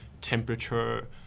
temperature